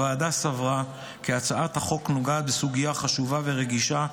הוועדה סברה כי הצעת החוק נוגעת בסוגיה חשובה ורגישה,